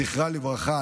זכרה לברכה,